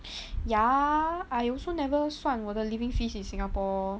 ya I also never 算我的 living fees in singapore